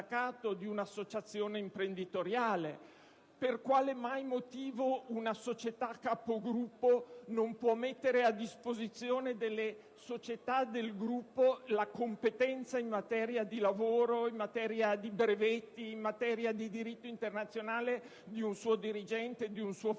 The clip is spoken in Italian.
di lavoro autonomo? Per quale motivo una società capogruppo non può mettere a disposizione delle società del gruppo la competenza in materia di diritto del lavoro, in materia di brevetti, in materia di diritto internazionale di un suo dirigente, o di un suo funzionario?